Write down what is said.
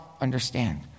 understand